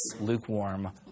lukewarm